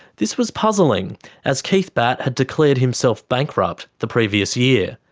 this was puzzling as keith batt had declared himself bankrupt the previous year.